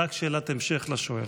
רק שאלת המשך לשואל.